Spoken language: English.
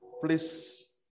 please